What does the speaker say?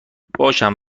باشم